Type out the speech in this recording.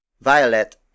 violet